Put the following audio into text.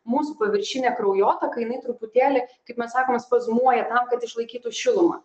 mūsų paviršinė kraujotaka jinai truputėlį kaip mes sakom spazmuoja tam kad išlaikytų šilumą